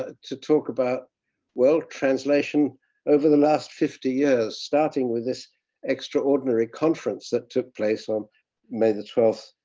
ah to talk about world translation over the last fifty years, starting with this extraordinary conference that took place on may the twelfth,